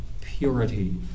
purity